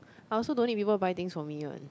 I also don't need people buy things for me one